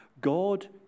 God